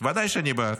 ודאי שאני בעד.